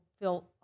feel